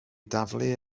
daflu